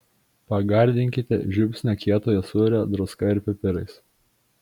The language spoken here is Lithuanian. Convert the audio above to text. pagardinkite žiupsniu kietojo sūrio druska ir pipirais